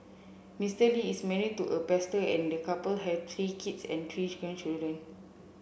Mister Lee is marry to a pastor and the couple have three kids and three grandchildren